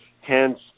hence